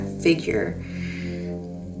figure